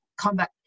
combat